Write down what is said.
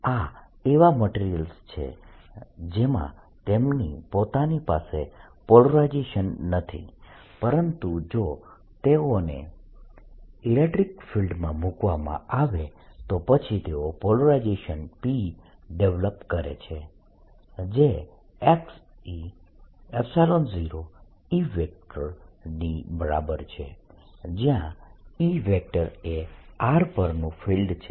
આ એવા મટીરીયલ્સ છે જેમાં તેમની પોતાની પાસે પોલરાઇઝેશન નથી પરંતુ જો તેઓને ઇલેક્ટ્રીક ફિલ્ડમાં મૂકવામાં આવે તો પછી તેઓ પોલરાઇઝેશન P ડેવલપ કરે છે જે e0E ની બરાબર છે જ્યાં E એ r પરનું ફિલ્ડ છે